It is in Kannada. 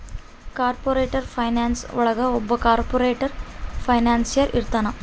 ಕಾರ್ಪೊರೇಟರ್ ಫೈನಾನ್ಸ್ ಒಳಗ ಒಬ್ಬ ಕಾರ್ಪೊರೇಟರ್ ಫೈನಾನ್ಸಿಯರ್ ಇರ್ತಾನ